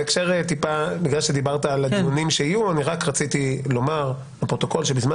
בגלל שדיברת על הדיונים שיהיו אני רק רציתי לומר לפרוטוקול שבזמן